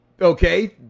okay